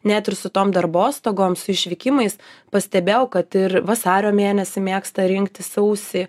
net ir su tom darbostogom su išvykimais pastebėjau kad ir vasario mėnesį mėgsta rinktis sausį